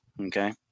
Okay